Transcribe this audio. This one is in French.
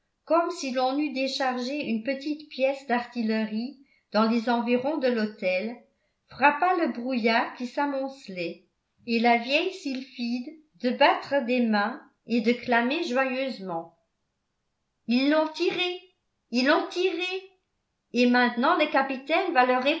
détonation comme si l'on eût déchargé une petite pièce d'artillerie dans les environs de lhôtel frappa le brouillard qui s'amoncelait et la vieille sylphide de battre des mains et de clamer joyeusement ils l'ont tiré ils l'ont tiré et maintenant le capitaine